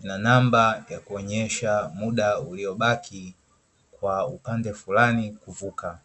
na namba ya kuonyesha muda uliobaki kwa upande fulani kuvuka.